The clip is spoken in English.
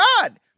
God